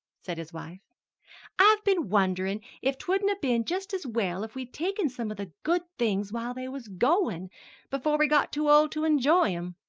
said his wife i've been wondering if twouldn't have been just as well if we'd taken some of the good things while they was goin' before we got too old to enjoy em.